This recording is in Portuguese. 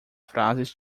frases